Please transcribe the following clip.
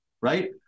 right